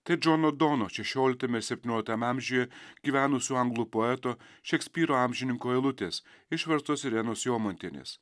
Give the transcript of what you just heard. tai džono dono šešioliktame ir septynioliktame amžiuje gyvenusių anglų poeto šekspyro amžininko eilutės išverstos irenos jomantienės